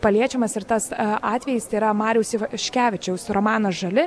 paliečiamas ir tas atvejis tai yra mariaus ivaškevičiaus romanas žali